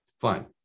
Fine